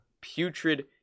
putrid